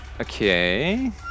Okay